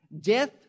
Death